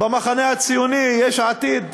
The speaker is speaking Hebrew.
במחנה הציוני, יש עתיד,